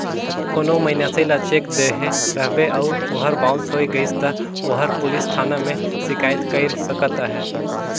कोनो मइनसे ल चेक देहे रहबे अउ ओहर बाउंस होए गइस ता ओहर पुलिस थाना में सिकाइत कइर सकत अहे